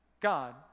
God